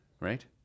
right